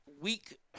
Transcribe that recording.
weak